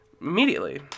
Immediately